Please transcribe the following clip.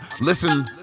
listen